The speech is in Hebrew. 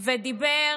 הוא דיבר,